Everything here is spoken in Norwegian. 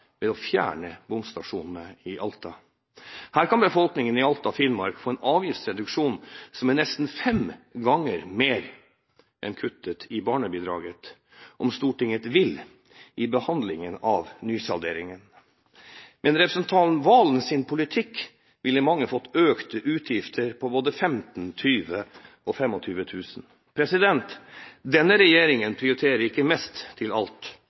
ved å fjerne bomstasjonene i Alta. Befolkningen i Alta og Finnmark kan få en avgiftsreduksjon som er nesten fem ganger mer enn kuttet i barnebidraget, om Stortinget vil, i behandlingen av nysalderingen. Med representanten Serigstad Valens politikk ville mange fått økte utgifter på både 15 000, 20 000 og 25 000 kr. Denne regjeringen prioriterer ikke mest til alt,